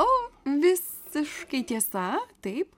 o visiškai tiesa taip